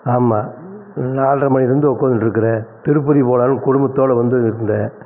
ஆமாம் நால்ரை மணியிலேருந்து உட்காந்துட்ருக்குறேன் திருப்பதி போலாம்ன்னு குடும்பத்தோடு வந்து இருந்தேன்